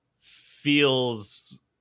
feels